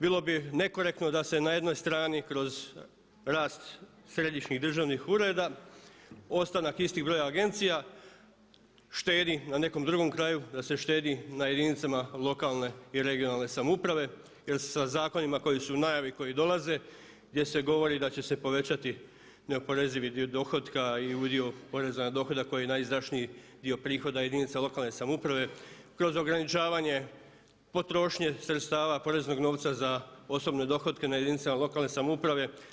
Bilo bi nekorektno da se na jednoj strani kroz rast središnjih državnih ureda, ostanak istih broja agencija, štedi na nekom drugom kraju, da se štedi na jedinicama lokalne i regionalne samouprave jer se sa zakonima koji su u najavi koji dolaze gdje se govori da će se povećati neoporezivi dio dohotka i udio poreza na dohodak koji je najizdašniji dio prihoda jedinica lokalne samouprave, kroz ograničavanje potrošnje sredstava poreznog novca za osobne dohotke na jedinicama lokalne samouprave.